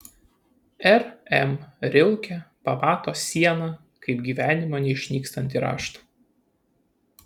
r m rilke pamato sieną kaip gyvenimo neišnykstantį raštą